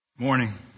Morning